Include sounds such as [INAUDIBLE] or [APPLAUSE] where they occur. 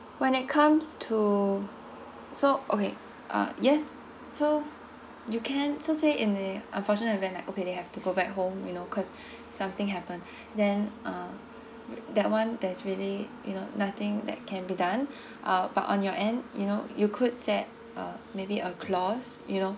when it comes to so okay uh yes so you can so say in the unfortunate event like okay they have to go back home you know cause something happen [BREATH] then uh that one that's really you know nothing that can be done [BREATH] uh but on your end you know you could set uh maybe a clause you know